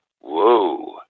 Whoa